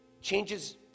changes